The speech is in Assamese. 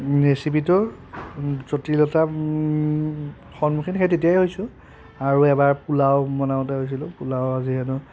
ৰেচিপিটো জটিলতা সন্মুখীন সেই তেতিয়াই হৈছোঁ অৰু এবাৰ পোলাও বনাওঁতে হৈছিলোঁ পোলাও যিহেতু